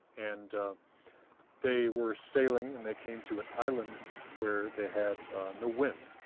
and they were sailing and they came to an island where they had no wind,